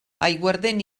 aiguardent